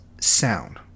sound